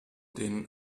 den